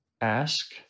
ask